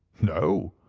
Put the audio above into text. no.